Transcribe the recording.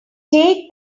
take